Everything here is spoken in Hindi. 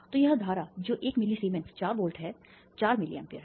तो यह धारा जो 1 मिली सीमेंस चार वोल्ट है चार मिलीए है